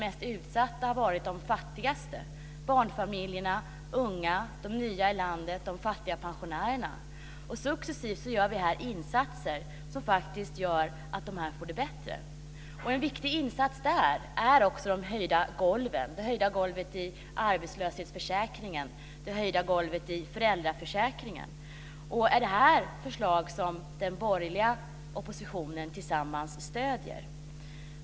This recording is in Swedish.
Mest utsatta har de fattigaste varit - barnfamiljerna, de unga, de nya i landet och de fattiga pensionärerna. Successivt gör vi här insatser som faktiskt innebär att de här grupperna får det bättre. En viktig insats där är också det höjda golvet i arbetslöshetsförsäkringen och det höjda golvet i föräldraförsäkringen. Är det här förslag som ni i den borgerliga oppositionen tillsammans stöder?